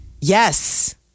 Yes